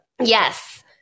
Yes